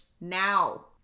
now